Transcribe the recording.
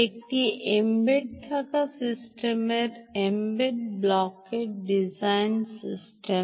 এটি এম্বেড থাকা সিস্টেমের এম্বেড ব্লকের System's Embed Block design system